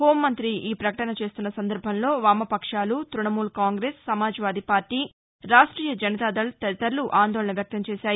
హాంమంతి ఈ ప్రకటన చేస్తున్న సందర్భంలో వామపక్షాలు తుణమూల్ కాంగ్రెస్ సమాజవాది పార్టీ రాష్టీయ జనతాదళ్ తదితరులు ఆందోళన వ్యక్తం చేశాయి